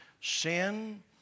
Sin